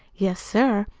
yes, sir.